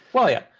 well yeah.